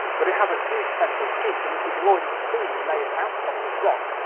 but it has a huge central peak in which we can already see layered outcrops of rock,